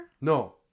No